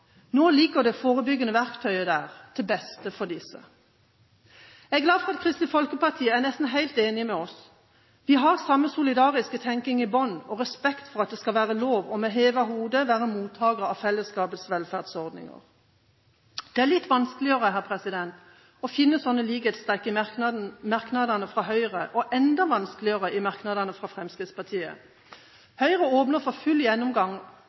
Nå ligger det forebyggende verktøyet der, til beste for disse. Jeg er glad for at Kristelig Folkeparti er nesten helt enige med oss. Vi har samme solidariske tenking i bunn og respekt for at det skal være lov med hevet hode å være mottaker av fellesskapets velferdsordninger. Det er litt vanskeligere å finne slike likhetstrekk i merknadene fra Høyre og enda vanskeligere i merknadene fra Fremskrittspartiet. Høyre åpner for full gjennomgang